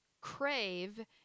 crave